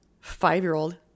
five-year-old